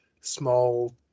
small